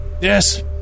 Yes